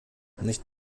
nicht